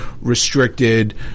restricted